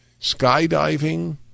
skydiving